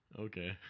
Okay